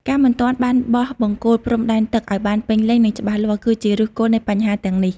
ការមិនទាន់បានបោះបង្គោលព្រំដែនទឹកឱ្យបានពេញលេញ និងច្បាស់លាស់ គឺជាឫសគល់នៃបញ្ហាទាំងនេះ។